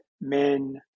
men